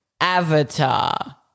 Avatar